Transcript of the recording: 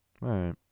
right